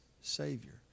Savior